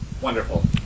Wonderful